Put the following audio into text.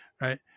right